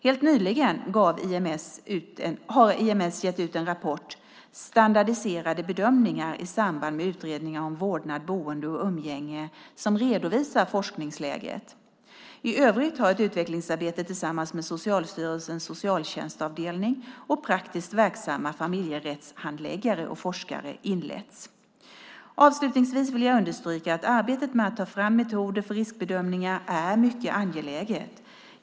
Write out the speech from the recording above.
Helt nyligen har IMS gett ut en rapport, Standardiserade bedömningar i samband med utredningar om vårdnad, boende och umgänge , som redovisar forskningsläget. I övrigt har ett utvecklingsarbete tillsammans med Socialstyrelsens socialtjänstavdelning och praktiskt verksamma familjerättshandläggare och forskare inletts. Avslutningsvis vill jag understryka att arbetet med att ta fram metoder för riskbedömningar är mycket angeläget.